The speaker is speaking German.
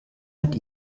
mit